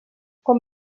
com